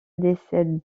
décède